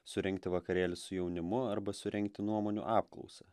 surengti vakarėlį su jaunimu arba surengti nuomonių apklausą